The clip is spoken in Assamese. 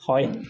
হয়